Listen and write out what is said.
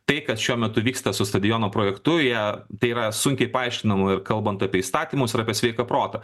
tai kad šiuo metu vyksta su stadiono projektu jie tai yra sunkiai paaiškinama ir kalbant apie įstatymusir apie sveiką protą